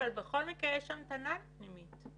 אבל בכל מקרה יש המתנה לפנימית.